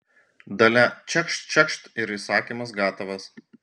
dalia čekšt čekšt ir įsakymas gatavas